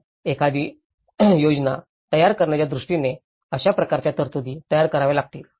तर एखादी योजना तयार करण्याच्या दृष्टीने अशा प्रकारच्या तरतुदी तयार कराव्या लागतील